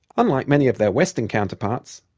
unlike many of their western counterparts,